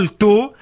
two